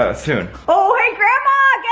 ah soon. oh hey grandma, yeah